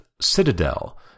Citadel